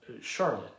Charlotte